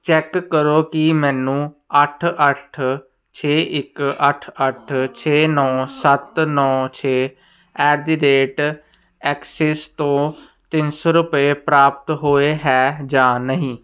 check ਕਰੋ ਕਿ ਮੈਨੂੰ ਅੱਠ ਅੱਠ ਛੇ ਇੱਕ ਅੱਠ ਅੱਠ ਛੇ ਨੌਂ ਸੱਤ ਨੌਂ ਛੇ ਐਟ ਦੀ ਰੇਟ ਐਕਸਿਸ ਤੋਂ ਤਿੰਨ ਸੌ ਰੁਪਏ ਪ੍ਰਾਪਤ ਹੋਏ ਹੈ ਜਾਂ ਨਹੀਂ